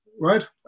right